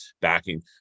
backing